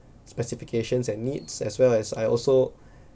specifications and needs as well as I also